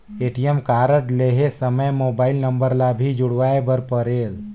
ATM card लहे समय mobile number ला भी जुड़वाए बर परेल?